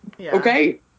okay